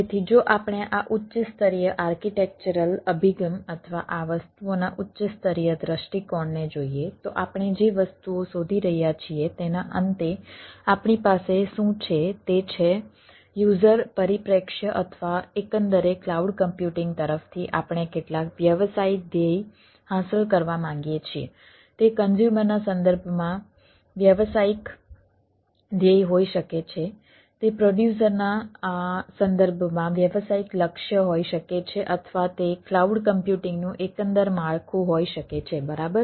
તેથી જો આપણે આ ઉચ્ચ સ્તરીય આર્કિટેક્ચરલ ના સંદર્ભમાં વ્યવસાયિક લક્ષ્ય હોઈ શકે છે અથવા તે ક્લાઉડ કમ્પ્યુટિંગનું એકંદર માળખું હોઈ શકે છે બરાબર